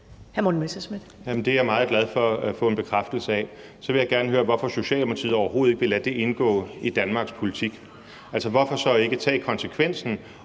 Det er jeg meget glad for at få en bekræftelse af. Så vil jeg gerne høre, hvorfor Socialdemokratiet overhovedet ikke vil lade det indgå i Danmarks politik. Hvorfor så ikke tage konsekvensen